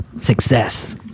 Success